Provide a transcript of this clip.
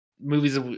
movies